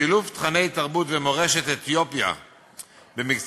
שילוב תוכני תרבות ומורשת אתיופיה במקצועות